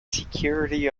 security